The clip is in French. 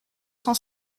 cent